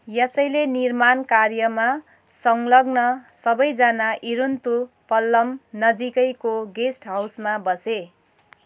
त्यसैले निर्माण कार्यमा संलग्न सबैजना इरुन्तु पल्लम नजिकैको गेष्ट हाउसमा बसे